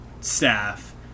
staff